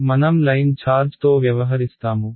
కాబట్టి మనం లైన్ ఛార్జ్తో వ్యవహరిస్తాము